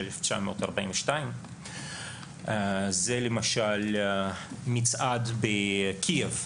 1942. זה למשל מצעד בקייב,